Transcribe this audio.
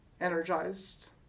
energized